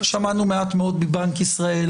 שמענו מעט מאוד מבנק ישראל,